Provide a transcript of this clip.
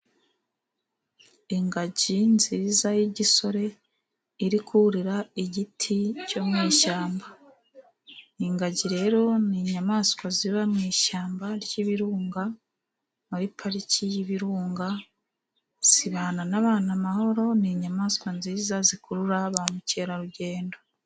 Ingagi nziza y'igisore iri kurira igiti cyo mu ishyamba. Ingagi rero ni inyamaswa ziba mu ishyamba ry'ibirunga, muri pariki y'ibirunga. Zibana n'abantu amahoro. Ni inyamaswa nziza zikurura ba mukerarugendo.